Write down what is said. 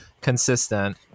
consistent